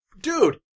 Dude